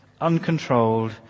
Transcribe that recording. Uncontrolled